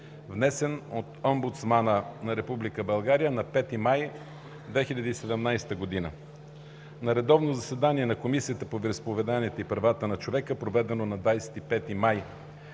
внесен от Омбудсмана на Република България на 5 май 2017 г. На редовно заседание на Комисията по вероизповеданията и правата на човека, проведено на 25 май 2017 г.,